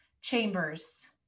Chambers